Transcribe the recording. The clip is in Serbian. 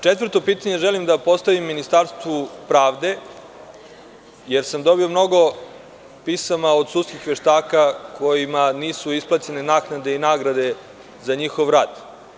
Četvrto pitanje želim da postavim Ministarstvu pravde, jer sam dobio mnogo pisama od sudskih veštaka kojima nisu isplaćene naknade i nagrade za njihov rad.